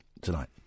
tonight